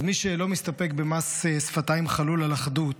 אז מי שלא מסתפק במס שפתיים חלול על אחדות